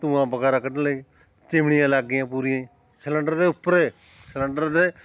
ਧੂੰਆਂ ਵਗੈਰਾ ਕੱਢਣ ਲਈ ਚਿਮਨੀਆਂ ਲੱਗ ਗਈਆਂ ਪੂਰੀਆਂ ਸਿਲੰਡਰ ਦੇ ਉੱਪਰ ਸਿਲੰਡਰ ਦੇ